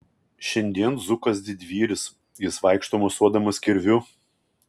šiandien zukas didvyris jis vaikšto mosuodamas kirviu